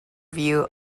view